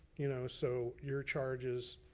you know so your charge is,